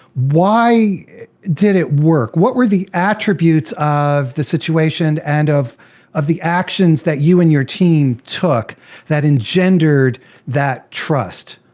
why did it work? what were the attributes of the situation and of of the actions that you and your team took that engendered that trust?